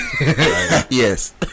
Yes